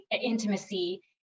intimacy